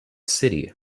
city